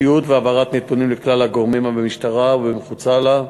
תיעוד והעברת נתונים לכלל הגורמים במשטרה ומחוצה לה.